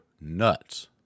nuts